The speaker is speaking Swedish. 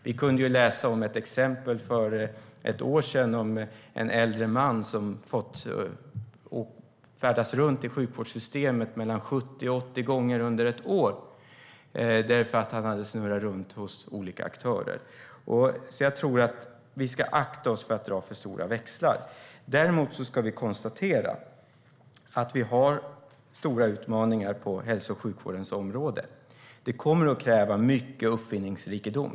För ett år sedan kunde vi läsa om en äldre man som snurrat runt hos olika aktörer i sjukvårdssystemet mellan 70 och 80 gånger under ett år. Vi ska akta oss för att dra för stora växlar. Däremot ska vi konstatera att vi har stora utmaningar på hälso och sjukvårdens område. Det kommer att kräva mycket uppfinningsrikedom.